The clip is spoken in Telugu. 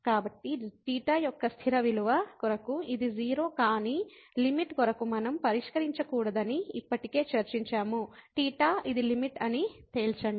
కాబట్టి θ యొక్క స్థిర విలువ కొరకు ఇది 0 కానీ లిమిట్ కొరకు మనం పరిష్కరించకూడదని ఇప్పటికే చర్చించాము θ ఇది లిమిట్ అని తేల్చండి